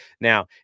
Now